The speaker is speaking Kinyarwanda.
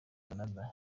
canada